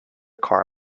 car